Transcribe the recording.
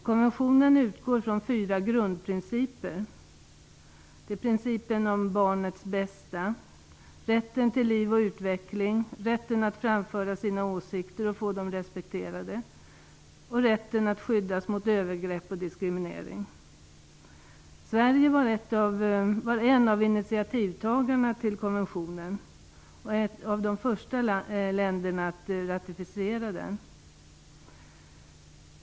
Konventionen utgår från fyra grundprinciper: principen om barnets bästa, rätten till liv och utveckling, rätten att framföra sina åsikter och få dem respekterade samt rätten att skyddas mot övergrepp och diskriminering. Sverige var en av initiativtagarna till konventionen och ett av de första länderna att ratificera den.